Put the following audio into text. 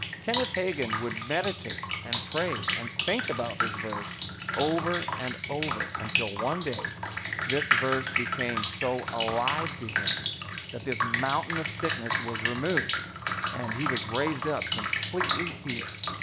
kenneth hagin would meditate and pray and think about this verse over and over until one day this verse became so alive to him that this mountain of sickness was removed and he was raised up completely healed.